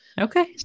Okay